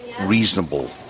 reasonable